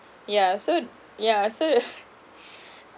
yeah so yeah so